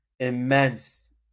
Immense